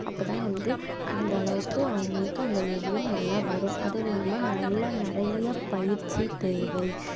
அப்போ தான் வந்து அந்தளவுக்கு அவங்களுக்கு அந்த ஓவியம் நல்லா வரும் அதுவும் இல்லாம நல்ல நிறைய பயிற்சி தேவை